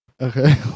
Okay